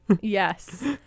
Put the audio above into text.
Yes